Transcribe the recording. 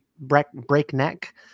breakneck